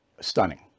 Stunning